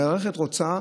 המערכת רוצה,